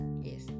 yes